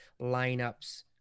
lineups